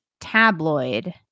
tabloid